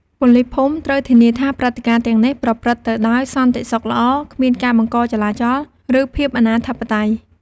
ប៉ូលីសភូមិត្រូវធានាថាព្រឹត្តិការណ៍ទាំងនេះប្រព្រឹត្តទៅដោយសន្តិសុខល្អ គ្មានការបង្កចលាចល ឬភាពអនាធិបតេយ្យ។